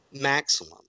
Maximum